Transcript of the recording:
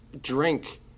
drink